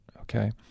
okay